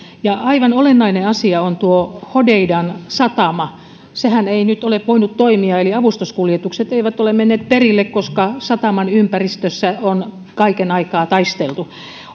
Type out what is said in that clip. ja aivan olennainen asia on tuo hodeidan satama sehän ei nyt ole voinut toimia eli avustuskuljetukset eivät ole menneet perille koska sataman ympäristössä on kaiken aikaa taisteltu